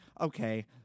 okay